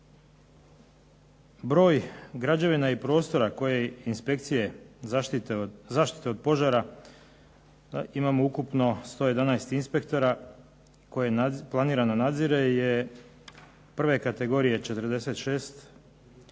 Broj građevina i prostora koje inspekcije zaštite od požara imamo ukupno 111 inspektora koji planirano nadzire je prve kategorije 46, druge